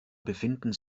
befinden